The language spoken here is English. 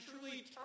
truly